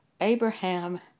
Abraham